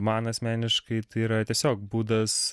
man asmeniškai tai yra tiesiog būdas